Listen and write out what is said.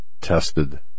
tested